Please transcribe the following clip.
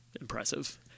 impressive